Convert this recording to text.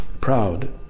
proud